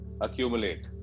accumulate